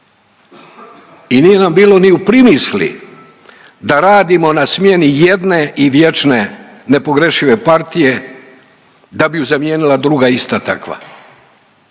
I nije nam bilo ni u primisli da radimo na smjeni jedne i vječne nepogrešive partije, da bi ju zamijenila druga ista takva.